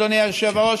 אדוני היושב-ראש.